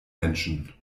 menschen